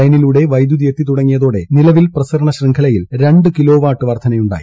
ലൈനിലൂടെ ഖ്രൈദ്ധുതി എത്തിത്തുടങ്ങിയതോടെ നിലവിൽ പ്രസരണ ശൃംഖലയിൽ രണ്ടു കിലോവാട്ട് വർധനയുണ്ടായി